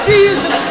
Jesus